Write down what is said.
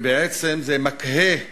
ובעצם זה מקהה